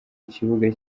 kibuga